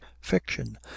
fiction